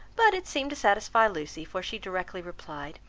but it seemed to satisfy lucy, for she directly replied,